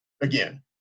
again